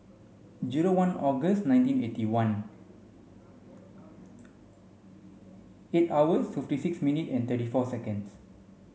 zero one August nineteen eighty one eight hours to fifty six minute and thirty four seconds